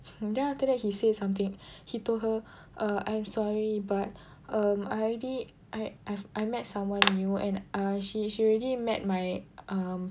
then after that he say something he told her err I'm sorry but um I already I I've I met someone new and uh she is already met my um